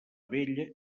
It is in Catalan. vella